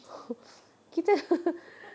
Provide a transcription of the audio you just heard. kita